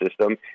system